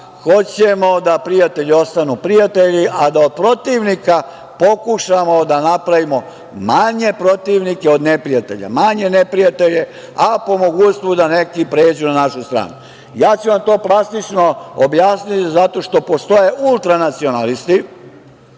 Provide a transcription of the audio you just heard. Hoćemo da prijatelji ostanu prijatelji, a da protivnika pokušamo da napravimo manje protivnike, od neprijatelja manje neprijatelje, a po mogućstvu da neki pređu na našu stranu. Ja ću vam to plastično objasniti zato što postoje ultra nacionalisti.